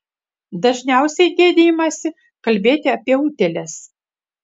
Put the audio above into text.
dažniausiai gėdijamasi kalbėti apie utėles